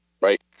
right